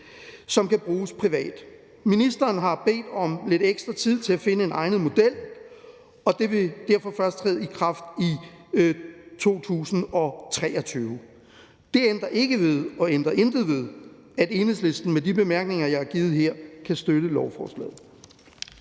som kan bruges privat. Ministeren har bedt om lidt ekstra tid til at finde en egnet model, og det vil derfor først træde i kraft i 2023. Det ændrer ikke ved, at Enhedslisten med de bemærkninger, jeg har givet her, kan støtte lovforslaget.